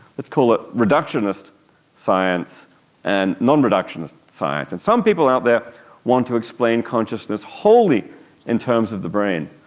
let's call it reductionist science and non-reductionist science. and some people out there want to explain consciousness wholly in terms of the brain,